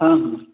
ହଁ ହଁ